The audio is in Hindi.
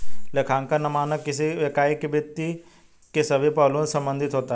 लेखांकन मानक किसी इकाई के वित्त के सभी पहलुओं से संबंधित होता है